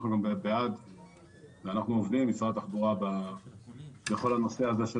אנחנו עובדים עם משרד התחבורה בכל הנושא הזה של